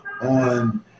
on